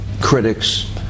critics